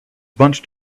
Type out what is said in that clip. bunched